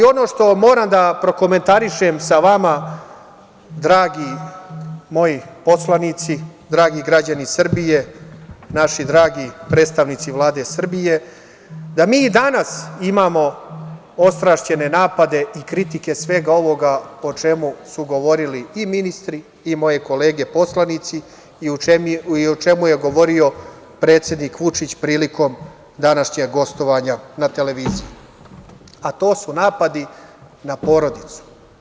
Ono što moram da prokomentarišem sa vama, dragi moji poslanici, dragi građani Srbije, naši dragi predstavnici Vlade Srbije, da mi danas imamo ostrašćene napade i kritike svega ovoga o čemu su govorili i ministri i moje kolege poslanici i o čemu je govorio predsednik Vučić prilikom današnjeg gostovanja na televiziji, a to su napadi na porodicu.